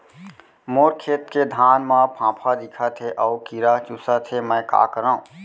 मोर खेत के धान मा फ़ांफां दिखत हे अऊ कीरा चुसत हे मैं का करंव?